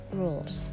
rules